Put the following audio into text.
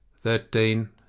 thirteen